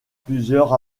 plusieurs